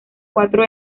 cuatro